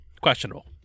Questionable